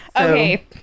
Okay